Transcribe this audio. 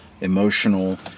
emotional